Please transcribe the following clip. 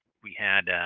we had